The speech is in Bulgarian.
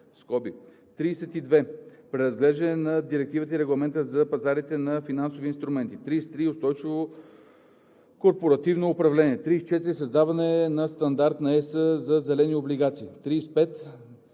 32. Преразглеждане на Директивата и Регламента за пазарите на финансови инструменти. 33. Устойчиво корпоративно управление. 34. Създаване на стандарт на Европейския съюз за „зелени“ облигации. 35.